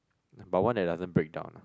but one that doesn't break down lah